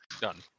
Done